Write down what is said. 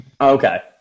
Okay